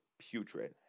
putrid